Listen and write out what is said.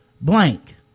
blank